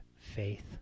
faith